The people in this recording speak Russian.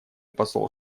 посол